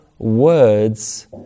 words